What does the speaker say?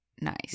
nice